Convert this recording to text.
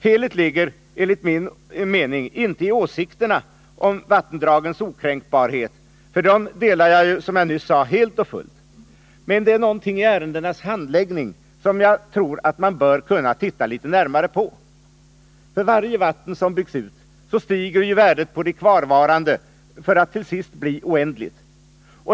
Felet ligger enligt min mening inte i åsikterna om vattendragens okränkbarhet, för dem delar jag, som jag nyss sade, helt och fullt. Men det är något i ärendenas handläggning som jag tror att man bör se litet närmare på. För varje vatten som byggs ut stiger värdet på de kvarvarande vattnen för att till sist bli oändligt.